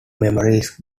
memories